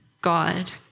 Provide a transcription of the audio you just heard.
God